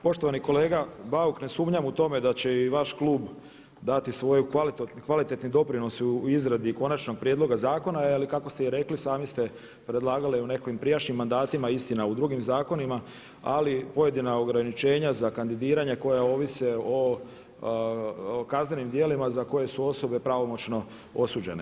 Poštovani kolega Bauk, ne sumnjam u to da će i vaš klub dati svoj kvalitetni doprinos u izradi konačnog prijedloga zakona, jer i kako ste i rekli sami ste predlagali i u nekakvim prijašnjim mandatima, istina u drugim zakonima, ali pojedina ograničenja za kandidiranje koja ovise o kaznenim djelima za koje su osobe pravomoćno osuđene.